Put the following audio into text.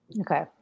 Okay